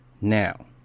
Now